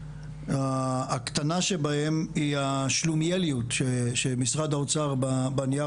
הקטנה שבהם היא השלומיאליות שמשרד האוצר בנייר